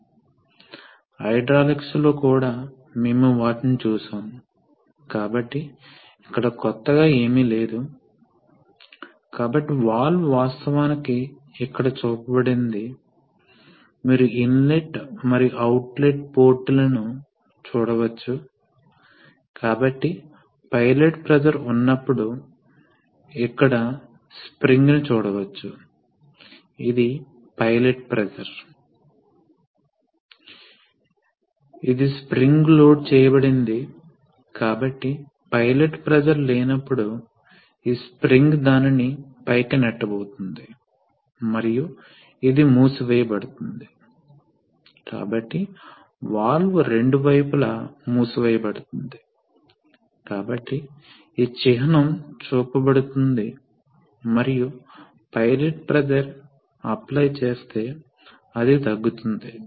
కొన్నిసార్లు హైడ్రాలిక్ వ్యవస్థలను ఉపయోగించి మనము కదలికలను సృష్టించాలని తెలుసికోవాలి కాబట్టి మనము ఫీడ్లను సర్దుబాటు చేయాలి లోడ్ యొక్క అవసరాన్ని బట్టి మనము ఫోర్సెస్ సర్దుబాటు చేయాలి కాబట్టి వాటిని ఎలా చేయాలి చివరకు నిర్దిష్ట హైడ్రాలిక్ చిహ్నాలను ఉపయోగించి సర్క్యూట్స్ ఎలా గీస్తాము తెలుసికోవాలి కాబట్టి ఈ పాఠం యొక్క కోర్సులో హైడ్రాలిక్ చిహ్నాలను ఎలా అర్థం చేసుకోవాలి ఏ భాగాలు ఉపయోగించబడుతున్నాయో అర్థం చేసుకోవడం మరియు సర్క్యూట్ డయాగ్రమ్ నుండి హైడ్రాలిక్ సర్క్యూట్లు ఎలా పనిచేస్తాయో తెలుసికోవాలి